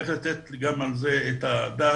צריך לתת גם על זה את הדעת